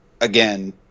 again